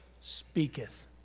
speaketh